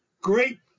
great